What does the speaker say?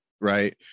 right